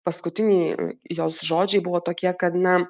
paskutiniai jos žodžiai buvo tokie kad na